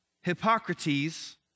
Hippocrates